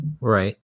Right